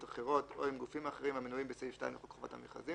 אחרות או עם גופים אחרים המנויים בסעיף 2 לחוק חובת המכרזים,